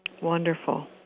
wonderful